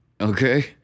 okay